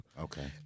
Okay